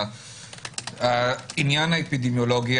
העניין האפידמיולוגי,